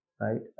Right